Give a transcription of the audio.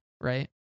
Right